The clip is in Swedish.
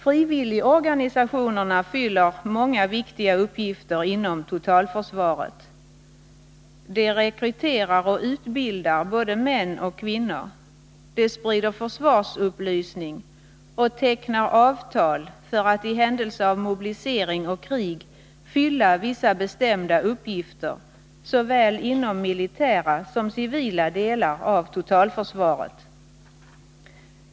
Frivilligorganisationerna fyller många viktiga uppgifter inom totalförsvaret. De rekryterar och utbildar både män och kvinnor. De sprider försvarsupplysning och de tecknar avtal för att i händelse av mobilisering och krig fylla vissa bestämda uppgifter inom såväl militära som civila delar av totalförsvaret.